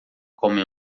come